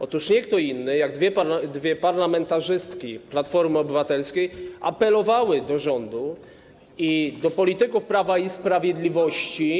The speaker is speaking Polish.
Otóż nie kto inny, jak dwie parlamentarzystki Platformy Obywatelskiej apelowały do rządu i do polityków Prawa i Sprawiedliwości.